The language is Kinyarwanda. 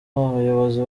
abayobozi